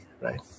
right